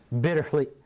bitterly